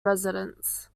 residents